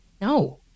no